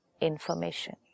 information